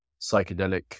psychedelic